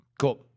Cool